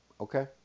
Okay